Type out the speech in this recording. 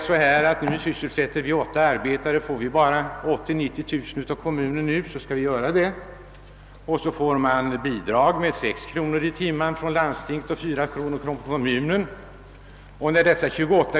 Mindre företagare söderifrån kan pressa kommunerna ekonomiskt. Flera exempel kan nämnas. Så får man bidrag med 6 kronor i timmen från landstinget och 4 kronor i timmen från kommunen under 28 veckor för de anställda arbetarna.